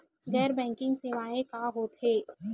गैर बैंकिंग सेवाएं का होथे?